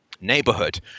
neighborhood